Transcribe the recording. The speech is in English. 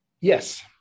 Yes